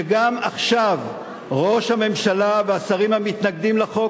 גם עכשיו ראש הממשלה והשרים המתנגדים לחוק